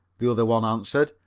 the other one answered.